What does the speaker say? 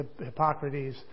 Hippocrates